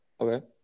Okay